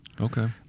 Okay